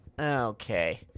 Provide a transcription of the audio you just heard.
Okay